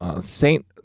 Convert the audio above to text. saint